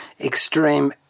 extreme